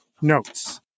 notes